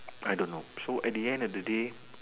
I don't know so at the end at the day